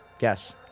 Yes